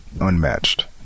unmatched